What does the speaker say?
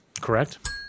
Correct